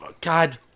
God